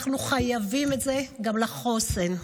אנחנו חייבים את זה גם לחוסן.